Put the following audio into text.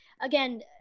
again